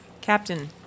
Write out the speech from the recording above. Captain